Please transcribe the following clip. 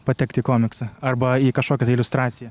patekti į komiksą arba į kažkokią tai iliustraciją